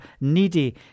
needy